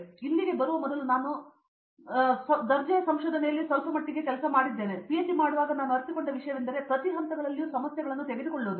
ಹಾಗಾಗಿ ಇಲ್ಲಿ ಬರುವ ಮೊದಲು ನಾನು ದರ್ಜೆಯ ಸಂಶೋಧನೆಯಲ್ಲಿ ಸ್ವಲ್ಪಮಟ್ಟಿಗೆ ಅಡುಗೆ ಮಾಡಿದ್ದೇನೆ ಮತ್ತು ಪಿಎಚ್ಡಿ ಮಾಡುವಾಗ ನಾನು ಅರಿತುಕೊಂಡ ವಿಷಯವೆಂದರೆ ಪ್ರತಿ ಹಂತಗಳಲ್ಲಿಯೂ ಸಮಸ್ಯೆಗಳನ್ನು ತೆರೆದುಕೊಳ್ಳುವುದು